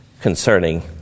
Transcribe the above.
concerning